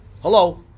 Hello